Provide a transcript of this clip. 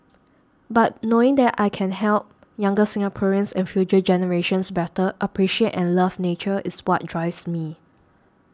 but knowing that I can help younger Singaporeans and future generations better appreciate and love nature is what drives me